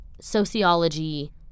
sociology